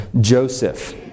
Joseph